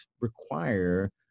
require